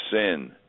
sin